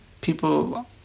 people